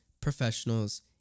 professionals